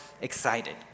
excited